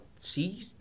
See